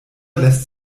lässt